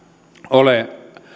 ole